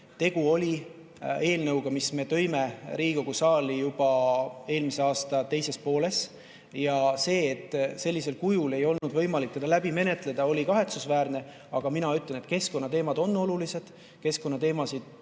tegu on eelnõuga, mille me tõime Riigikogu saali juba eelmise aasta teises pooles. See, et [tavalisel moel] ei olnud võimalik seda menetleda, on kahetsusväärne. Aga mina ütlen, et keskkonnateemad on olulised ja keskkonnateemasid